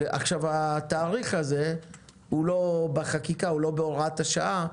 התאריך הזה הוא בחקיקה ולא בהוראת השעה,